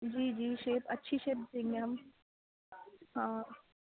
جی جی شیپ اچھی شیپ دیں گے ہم ہاں